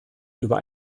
über